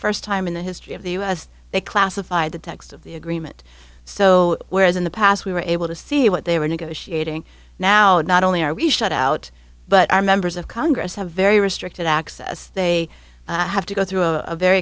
first time in the history of the us they classify the text of the agreement so whereas in the past we were able to see what they were negotiating now and not only are we shut out but our members of congress have very restricted access they have to go through a very